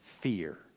fear